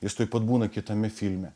jis tuoj pat būna kitame filme